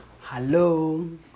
Hello